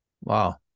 Wow